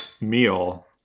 meal